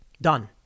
Done